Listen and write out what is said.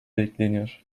bekleniyor